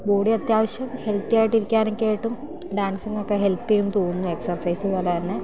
body അത്യാവശ്യം healthy ആയിട്ട് ഇരിക്കാനൊക്കെയായിട്ടും ഡാൻസിങ്ങൊക്കെ ഹെൽപ്പ് ചെയ്യുമെന്നു തോന്നുന്നു എക്സർസൈസ് പോലെതന്നെ